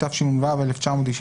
התשנ"ו 1996